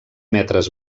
metres